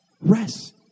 rest